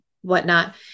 whatnot